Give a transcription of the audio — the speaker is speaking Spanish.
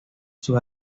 sus